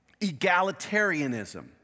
egalitarianism